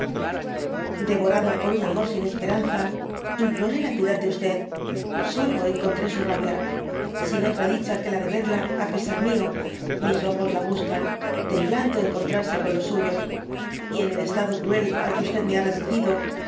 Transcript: devorado por un amor sin esperanza imploré la piedad de solo encontré su rabia j sin otra dicha que la de verla á pesar mió mis ojos la buscan temblando encontrarse con los suos j y en el estado cruel á que me ha reducido